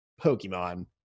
pokemon